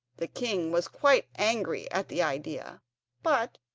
the king was quite angry at the idea but,